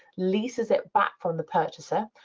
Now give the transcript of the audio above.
leases it back from the purchaser.